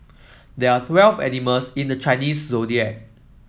there are twelve animals in the Chinese Zodiac